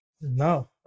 No